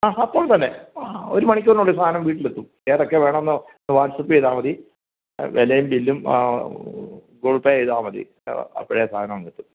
ആ ആ അപ്പോള് തന്നെ ഒരു മണിക്കൂറിനുള്ളില് സാധനം വീട്ടിലെത്തും ഏതൊക്കെ വേണമെന്നു വാട്ട്സ്അപ്പ് ചെയ്താൽ മതി വിലയും ബില്ലും ഗൂഗിള് പേ ചെയ്താൽ മതി അപ്പോഴേ സാധനം അങ്ങെത്തും